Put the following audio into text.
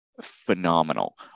phenomenal